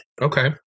Okay